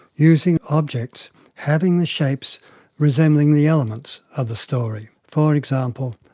using objects having the shapes resembling the elements of the story, for example,